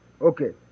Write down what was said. Okay